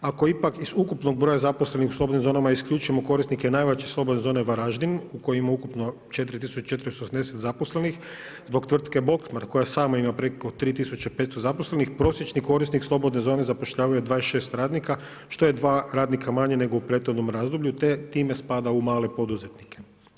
Ako ipak iz ukupnog broja zaposlenih u slobodnim zonama isključimo korisnike najveće slobodne zone Varaždin u kojoj ima ukupno 4480 zaposlenih zbog tvrtke Bomark koja sama ima preko 3500 zaposlenih, prosječni korisnim slobodne zone zapošljavaju 26 radnika što je dva radnika manje nego u prethodnom razdoblju te time spada u male poduzetnike.